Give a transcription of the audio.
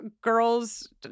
girls